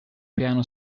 piano